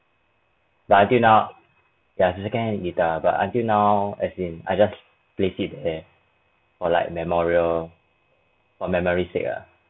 but until now ya it's a second hand guitar but until now as in I just place it there for like memorial for memory sake ah